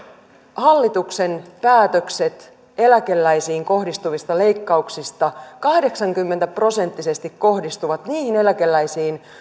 hallituksen päätökset eläkeläisiin kohdistuvista leikkauksista kahdeksankymmentä prosenttisesti kohdistuvat niihin eläkeläisiin